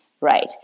right